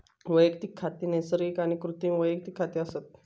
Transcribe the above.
वैयक्तिक खाती नैसर्गिक आणि कृत्रिम वैयक्तिक खाती असत